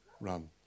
Run